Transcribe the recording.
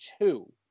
two